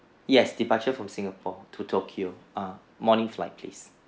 yes departure from singapore to tokyo uh morning flight please